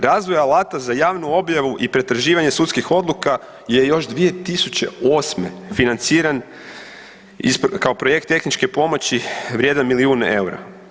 Razvoj alata za javnu objavu i pretraživanje sudskih odluka je još 2008. financiran kao projekt tehničke pomoći vrijedan milijun EUR-a.